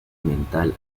mental